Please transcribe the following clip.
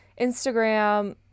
Instagram